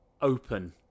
open